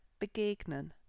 begegnen